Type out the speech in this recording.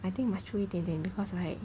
I think must 出一点点 because like